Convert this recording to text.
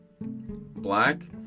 black